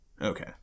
Okay